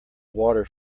water